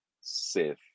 Sith